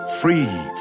Free